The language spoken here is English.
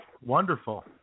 Wonderful